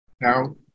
Now